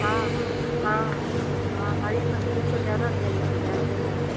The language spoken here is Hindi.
हाँ हाँ हाँ हाँ हरी सब्ज़ियों का ज़्यादा धेन ध्यान देना चाहिए